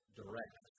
direct